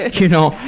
you know,